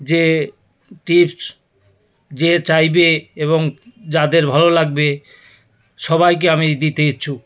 যে টিপস যে চাইবে এবং যাদের ভালো লাগবে সবাইকে আমি দিতে ইচ্ছুক